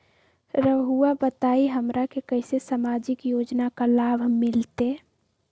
रहुआ बताइए हमरा के कैसे सामाजिक योजना का लाभ मिलते?